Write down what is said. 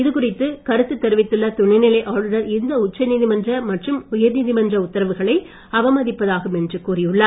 இது குறித்து கருத்து தெரிவித்துள்ள துணைநிலை ஆளுநர் இது உச்ச நீதிமன்ற மற்றும் உயர்நீதிமன்ற உத்தரவுகளை அவமதிப்பதாகும் என்று தெரிவித்துள்ளார்